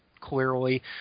clearly